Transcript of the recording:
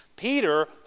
Peter